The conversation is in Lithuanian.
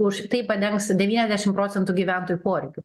už tai padengs devyniasdešim procentų gyventojų poreikių